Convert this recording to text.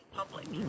public